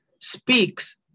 speaks